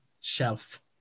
shelf